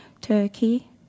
Turkey